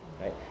right